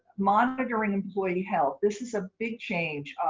monitoring employee health. this is a big change.